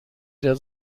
der